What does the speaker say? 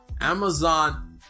Amazon